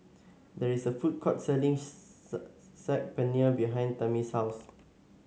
there is a food court selling Saag Paneer behind Tamie's house